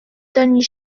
tony